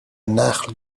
نخل